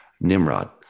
Nimrod